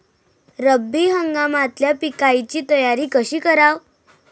रब्बी हंगामातल्या पिकाइची तयारी कशी कराव?